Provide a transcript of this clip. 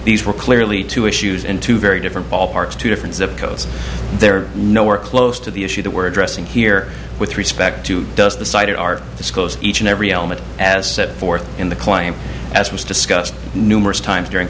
these were clearly two issues in two very different ballparks two different zip codes they're nowhere close to the issue that we're addressing here with respect to does the site are disclosed each and every element as set forth in the client as was discussed numerous times during